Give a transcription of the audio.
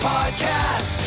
Podcast